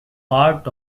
part